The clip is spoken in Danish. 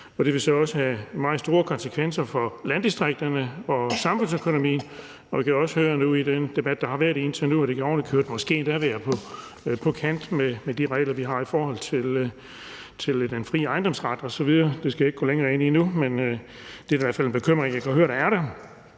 Det vil så også have meget store konsekvenser for landdistrikterne og vores samfundsøkonomi. Jeg kan også høre i den debat, der har været indtil nu, at det måske ovenikøbet kan være på kant med de regler, vi har for den private ejendomsret osv. Det skal jeg ikke gå længere ind i nu, men det er i hvert fald en bekymring, som jeg kan høre er der.